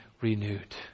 Renewed